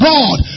God